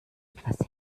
etwas